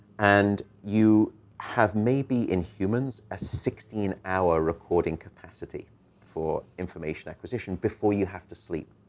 and you have maybe, in humans, a sixteen hour recording capacity for information acquisition before you have to sleep.